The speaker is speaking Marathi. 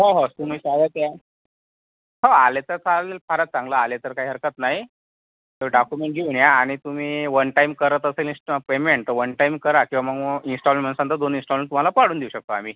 हो हो तुम्ही शाळेत या हो आले तर चालेल फारच चांगलं आले तर काय हरकत नाही तो डाक्युमेंट घेऊन या आणि तुम्ही वन टाईम करत असेल इंस्टा पेमेंट तर वन टाईम करा किंवा मग इंस्टाॅलमेंट म्हणत असाल तर दोन इंस्टाॅलमेंट तुम्हाला पाडून देऊ शकतो आम्ही